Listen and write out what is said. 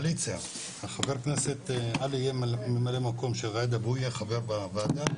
שעלי יהיה ממלא המקום של - והוא יהיה חבר בוועדה.